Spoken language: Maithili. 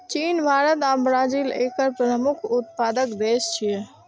चीन, भारत आ ब्राजील एकर प्रमुख उत्पादक देश छियै